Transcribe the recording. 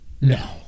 No